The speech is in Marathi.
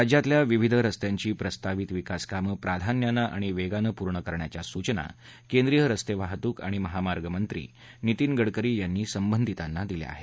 राज्यातल्या विविध रस्त्यांची प्रस्तावित विकास कामं प्राधान्यानं आणि वेगानं पूर्ण करण्याच्या सूचना केंद्रीय रस्ते वाहतूक आणि महामार्ग मंत्री नितीन गडकरी यांनी संबंधीतांना दिल्या आहेत